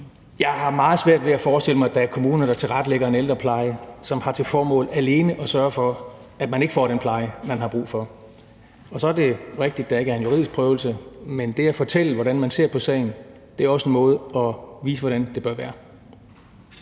Jeg har meget svært ved at forestille mig, at der er kommuner, der tilrettelægger en ældrepleje, som har til formål alene at sørge for, at man ikke får den pleje, man har brug for. Og så er det rigtigt, at der ikke er nogen juridisk prøvelse, men det at fortælle, hvordan man ser på sagen, er også en måde at vise på, hvordan det bør være.